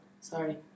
Sorry